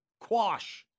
Quash